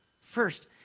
first